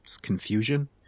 confusion